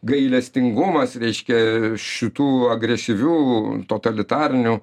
gailestingumas reiškia šitų agresyvių totalitarinių